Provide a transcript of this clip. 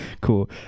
cool